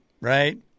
right